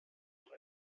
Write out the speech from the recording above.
noch